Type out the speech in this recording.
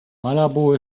malabo